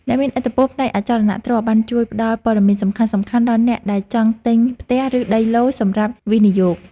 អ្នកមានឥទ្ធិពលផ្នែកអចលនទ្រព្យបានជួយផ្ដល់ព័ត៌មានសំខាន់ៗដល់អ្នកដែលចង់ទិញផ្ទះឬដីឡូតិ៍សម្រាប់វិនិយោគ។